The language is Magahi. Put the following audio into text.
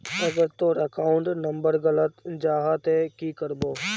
अगर तोर अकाउंट नंबर गलत जाहा ते की करबो?